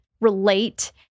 relate